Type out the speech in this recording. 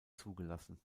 zugelassen